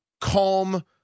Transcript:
calm